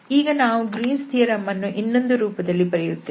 ಈಗ ನಾವು Green's theorem Green's theorem ಅನ್ನು ಇನ್ನೊಂದು ರೂಪದಲ್ಲಿ ಬರೆಯುತ್ತೇವೆ